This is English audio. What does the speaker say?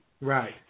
Right